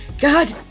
god